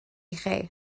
chi